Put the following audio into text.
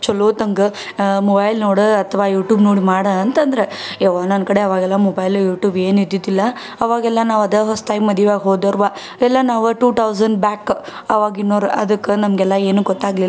ಚಲೊವತ್ನಂಗ mobile ನೋಡಿ ಅಥ್ವಾ YouTube ನೋಡಿ ಮಾಡಿ ಅಂತಂದ್ರೆ ಯವ್ವಾ ನನ್ನ ಕಡೆ ಆವಾಗೆಲ್ಲ ಮೊಬೈಲ್ ಯೂಟೂಬ್ ಏನು ಇದ್ದಿದ್ದಿಲ್ಲ ಆವಾಗೆಲ್ಲ ನಾವು ಅದು ಹೊಸ್ದಾಗಿ ಮದುವೆ ಆಗಿ ಹೋದರ್ವಾ ಎಲ್ಲ ನಾವು ಟು ಟೌಸನ್ ಬ್ಯಾಕ್ ಆವಾಗಿನೋರು ಅದಕ್ಕೆ ನಮಗೆಲ್ಲ ಏನೂ ಗೊತ್ತಾಗ್ಲಿಲ್ಲ